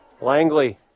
langley